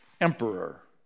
Emperor